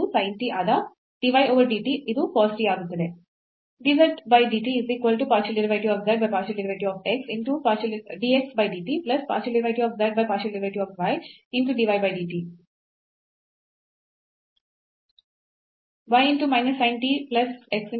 ಅಂತೆಯೇ ಇಲ್ಲಿ del z over del y ಎಂಬುದು x ಆಗುತ್ತದೆ ಮತ್ತು sin t ಆದ dy over dt ಇದು cos t ಆಗುತ್ತದೆ